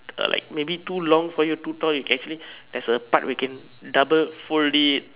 a like maybe too long for you too tall you can actually there's a tuck where you can double fold it